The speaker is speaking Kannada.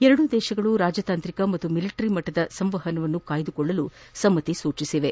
ಎರಡೂ ದೇಶಗಳು ರಾಜತಾಂತ್ರಿಕ ಮತ್ತು ಮಿಲಿಟರಿ ಮಟ್ಟದ ಸಂವಹನವನ್ನು ಕಾಯ್ದುಕೊಳ್ಳಲು ಒಪ್ಪಿವೆ